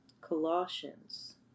Colossians